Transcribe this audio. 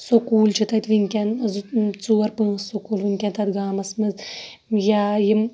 school چھِ تَتہِ وٕنکٮ۪ن زٕ ژور پانٛژھ سکوٗل وٕنکٮ۪ن تَتھ گامَس مَنٛز یا یِم